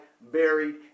buried